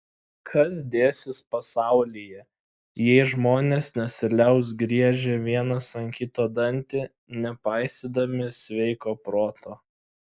kas dėsis pasaulyje jei žmonės nesiliaus griežę vienas ant kito dantį nepaisydami sveiko proto